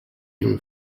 him